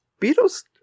Beatles